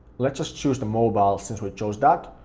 let's just choose the mobile since we chose that.